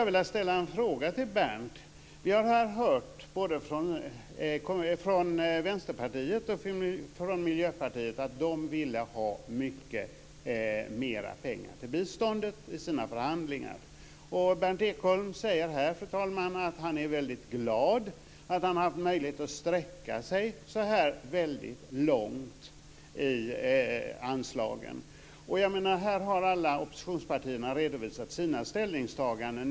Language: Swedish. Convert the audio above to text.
Vi har både från Vänsterpartiet och Miljöpartiet hört att de ville ha mycket mer pengar till biståndet i sina förhandlingar. Berndt Ekholm säger här, fru talman, att han är väldigt glad åt att han har haft möjlighet att sträcka sig så här väldigt långt när det gäller anslagen. Alla oppositionspartier har redovisat sina ställningstaganden.